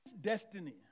destiny